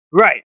Right